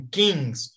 kings